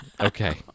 Okay